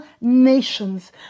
nations